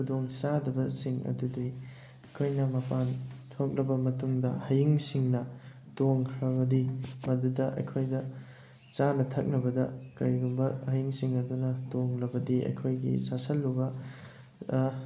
ꯈꯨꯗꯣꯡꯆꯥꯗꯕꯁꯤꯡ ꯑꯗꯨꯗꯤ ꯑꯩꯈꯣꯏꯅ ꯃꯄꯥꯟ ꯊꯣꯛꯂꯕ ꯃꯇꯨꯡꯗ ꯍꯌꯤꯡꯁꯤꯡꯅ ꯇꯣꯡꯈ꯭ꯔꯕꯗꯤ ꯃꯗꯨꯗ ꯑꯩꯈꯣꯏꯅ ꯆꯥꯅ ꯊꯛꯅꯕꯗ ꯀꯔꯤꯒꯨꯝꯕ ꯍꯌꯤꯡꯁꯤꯡ ꯑꯗꯨꯅ ꯇꯣꯡꯂꯕꯗꯤ ꯑꯩꯈꯣꯏꯅꯒꯤ ꯆꯥꯁꯜꯂꯨꯕ